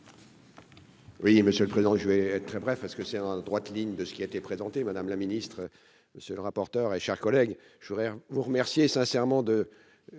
Oui, monsieur le président je vais être très bref parce que c'est en droite ligne de ce qui a été présenté, madame la ministre, monsieur le rapporteur et chers collègues, je voudrais vous remercier sincèrement de